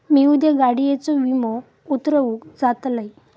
मी उद्या गाडीयेचो विमो उतरवूक जातलंय